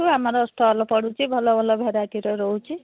ତ ଆମର ଷ୍ଟଲ୍ ପଡ଼ୁଛି ଭଲ ଭଲ ଭେରାଇଟିର ରହୁଛି